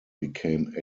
became